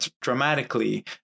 dramatically